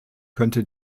könnte